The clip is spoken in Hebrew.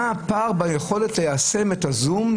מה הפער ביכולת ליישם את ה-זום?